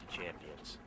champions